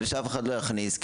שאף אחד לא יכניס,